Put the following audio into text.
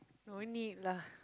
no need lah